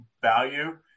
value